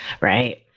Right